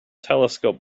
telescope